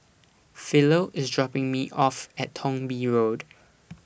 Philo IS dropping Me off At Thong Bee Road